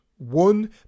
One